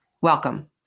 welcome